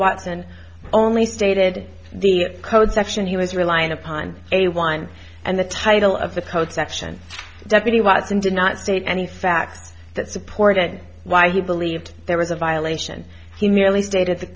watson only stated the code section he was relying upon a one and the title of the code section deputy watson did not state any facts that supported why he believed there was a violation he merely